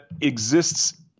exists